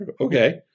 Okay